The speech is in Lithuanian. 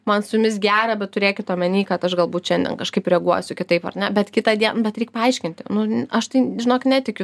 man su jumis gera bet turėkit omeny kad aš galbūt šiandien kažkaip reaguosiu kitaip ar ne bet kitą bet reik paaiškinti nu aš tai žinok netikiu